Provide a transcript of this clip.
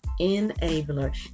Enabler